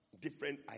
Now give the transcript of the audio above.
different